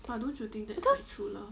because